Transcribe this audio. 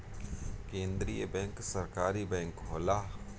केंद्रीय बैंक सरकारी बैंक होला